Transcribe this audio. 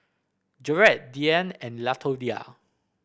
Jarett Diann and Latoyia